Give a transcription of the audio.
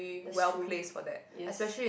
that's true yes